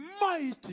mighty